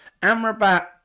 Amrabat